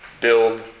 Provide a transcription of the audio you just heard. build